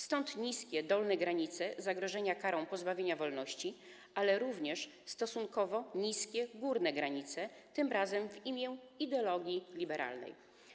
Stąd niskie dolne granice zagrożenia karą pozbawienia wolności, ale również stosunkowo niskie górne granice, tym razem w imię ideologii liberalnej.